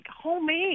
homemade